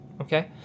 okay